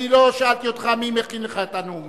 אני לא שאלתי אותך מי מכין לך את הנאומים.